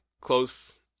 close